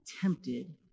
tempted